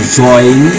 join